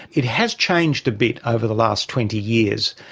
it has changed a bit over the last twenty years,